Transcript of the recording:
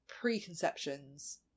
preconceptions